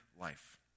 life